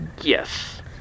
Yes